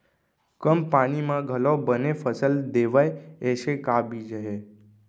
कम पानी मा घलव बने फसल देवय ऐसे का बीज हे?